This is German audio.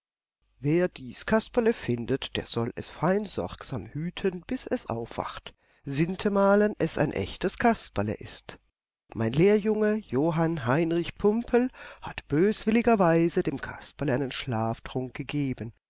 wer dies kasperle findet der soll es fein sorgsam hüten bis es aufwacht sintemalen es ein echtes kasperle ist mein lehrjunge johann heinrich pumpel hat böswilligerweise dem kasperle einen schlaftrunk gegeben